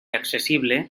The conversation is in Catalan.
accessible